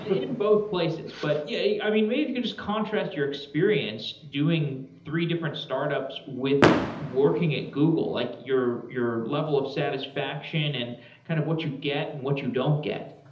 in both places. but yeah yeah. i mean, maybe you could just contrast your experience doing three different startups with working at google. like your your level of satisfaction and kind of what you get and what you don't get.